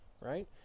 right